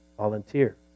volunteer